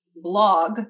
blog